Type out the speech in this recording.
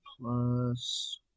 plus